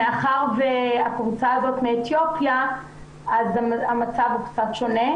מאחר והקבוצה הזאת מאתיופיה אז המצב הוא קצת שונה.